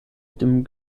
dem